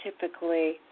typically